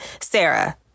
Sarah